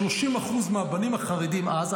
30% מהבנים החרדים אז,